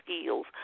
skills